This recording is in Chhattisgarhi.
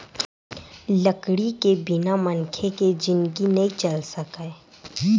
लकड़ी के बिना मनखे के जिनगी नइ चल सकय